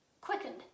quickened